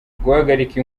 guhagarika